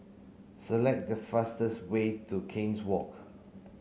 select the fastest way to King's Walk